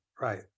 right